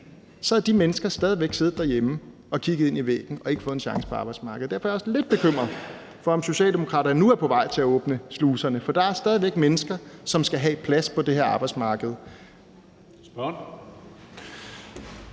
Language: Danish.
Så havde de mennesker stadig væk siddet derhjemme og kigget ind i væggen og ikke fået en chance på arbejdsmarkedet. Derfor er jeg også lidt bekymret for, om Socialdemokratiet nu er på vej til at åbne sluserne, for der er stadig væk mennesker, som skal have plads på det her arbejdsmarked.